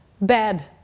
bad